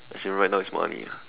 as it right now it's money ah